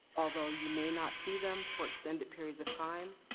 although you may not see them for extended periods of time,